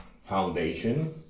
foundation